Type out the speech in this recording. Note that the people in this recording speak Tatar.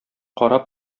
кара